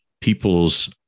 people's